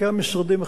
משרדים מקצועיים.